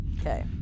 Okay